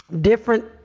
different